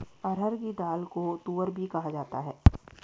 अरहर की दाल को तूअर भी कहा जाता है